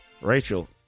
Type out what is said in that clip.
Rachel